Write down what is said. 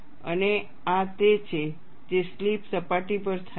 અને આ તે છે જે સ્લિપ સપાટી પર થાય છે